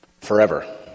forever